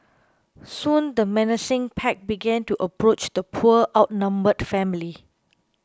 soon the menacing pack began to approach the poor outnumbered family